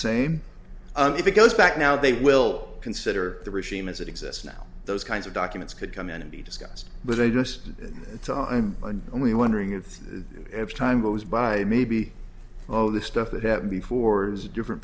same if it goes back now they will consider the regime as it exists now those kinds of documents could come in and be discussed but i just thought i'm only wondering if the time goes by maybe all the stuff that happened before is different